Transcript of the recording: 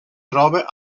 troba